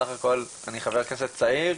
סך הכל אני חבר כנסת צעיר,